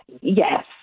Yes